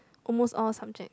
almost all subject